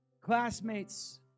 classmates